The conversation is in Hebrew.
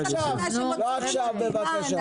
לא עכשיו, בבקשה.